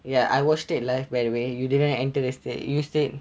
ya I watched it live by the way you didn't enter the stadium you stayed